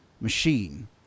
machine